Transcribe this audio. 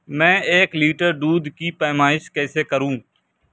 میں ایک لیٹر دودھ کی پیمائش کیسے کروں